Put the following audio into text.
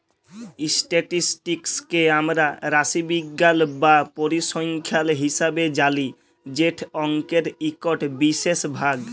statistics কে আমরা রাশিবিজ্ঞাল বা পরিসংখ্যাল হিসাবে জালি যেট অংকের ইকট বিশেষ ভাগ